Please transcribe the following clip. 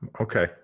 Okay